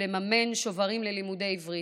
ולממן שוברים ללימודי עברית.